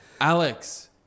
Alex